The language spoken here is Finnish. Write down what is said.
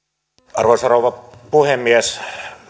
arvoisa rouva puhemies ei